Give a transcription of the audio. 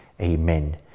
Amen